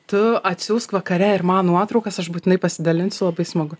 tu atsiųsk vakare ir man nuotraukas aš būtinai pasidalinsiu labai smagu